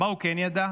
מה הוא כן ידע?